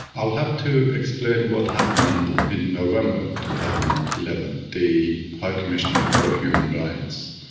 i'll have to explain what happened in november two thousand and eleven. the high commissioner for human rights,